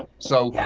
so, yeah